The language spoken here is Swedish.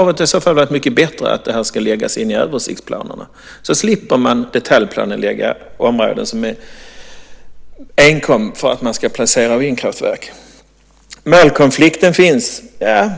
Det hade varit mycket bättre att kräva att detta ska läggas in i översiktsplanerna. Då slipper man detaljplanelägga områden enkom för att man ska placera vindkraftverk där. Målkonflikten finns.